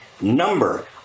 number